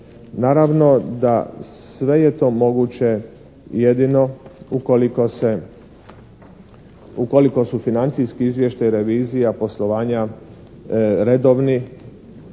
Naravno da sve je to moguće jedino ukoliko su financijski izvještaji revizija poslovanja redovni,